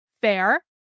Fair